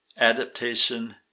adaptation